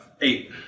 eight